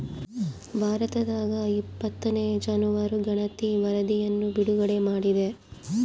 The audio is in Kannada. ಭಾರತದಾಗಇಪ್ಪತ್ತನೇ ಜಾನುವಾರು ಗಣತಿ ವರಧಿಯನ್ನು ಬಿಡುಗಡೆ ಮಾಡಿದೆ